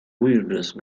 weirdest